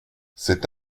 cet